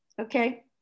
okay